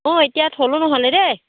অঁ এতিয়া থলোঁ ন'হলে দেই